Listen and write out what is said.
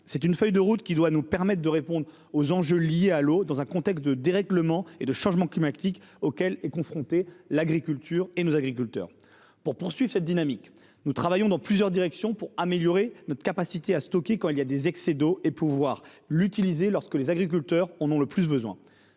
C'est une feuille de route qui doit nous permettre de répondre aux enjeux liés à l'eau, dans un contexte de dérèglement et de changement climatiques auquel sont confrontés l'agriculture et nos agriculteurs. Dans le cadre de cette dynamique, nous travaillons dans plusieurs directions, pour améliorer notre capacité à stocker l'eau quand elle est en excès afin de pouvoir l'utiliser lorsque les agriculteurs en ont le plus besoin.